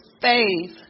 faith